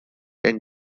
and